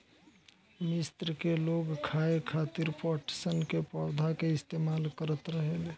मिस्र के लोग खाये खातिर पटसन के पौधा के इस्तेमाल करत रहले